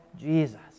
Jesus